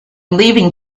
leaving